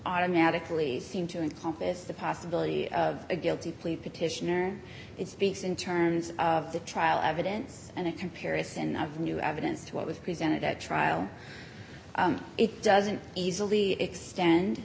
automatically seem to encompass the possibility of a guilty plea petitioner it speaks in terms of the trial evidence and a comparison of new evidence to what was presented at trial it doesn't easily extend